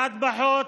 אחד פחות,